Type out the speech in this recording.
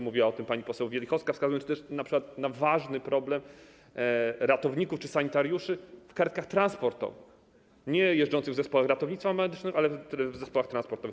Mówiła o tym pani poseł Wielichowska, wskazując np. na ważny problem ratowników czy sanitariuszy w karetkach transportowych, nie jeżdżących w zespołach ratownictwa medycznego, ale w zespołach transportowych.